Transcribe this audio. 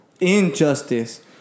injustice